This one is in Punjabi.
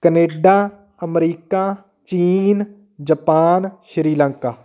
ਕਨੇਡਾ ਅਮਰੀਕਾ ਚੀਨ ਜਪਾਨ ਸ਼੍ਰੀ ਲੰਕਾ